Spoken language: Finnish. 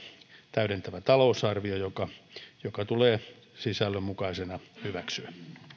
täydentävä talousarvio joka joka tulee sisällön mukaisena hyväksyä